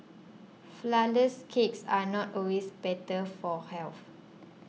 Flourless Cakes are not always better for health